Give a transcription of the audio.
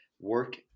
work